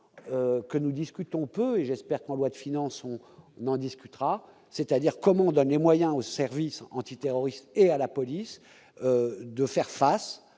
que nous discutons peu et j'espère que la loi de finances, on n'en discutera, c'est-à-dire comment on donne les moyens aux services terroristes et à la police de faire face